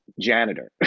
janitor